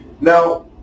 Now